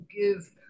give